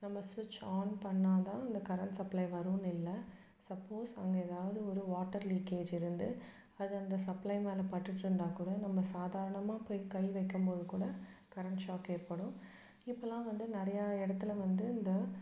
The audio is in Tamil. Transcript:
நம்ம ஸ்விட்ச் ஆன் பண்ணிணா தான் இந்த கரண்ட் சப்ளை வருன்னு இல்லை சப்போஸ் அங்கே எதாவது ஒரு வாட்டர் லீக்கேஜ் இருந்து அது அந்த சப்ளை மேல பட்டுட்ருந்தால் கூட நம்ம சாதாரணமாக போய் கை வைக்கும் போது கூட கரண்ட் ஷாக் ஏற்படும் இப்போலாம் வந்து நிறையா இடத்துல வந்து இந்த